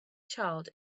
child